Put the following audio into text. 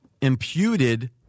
imputed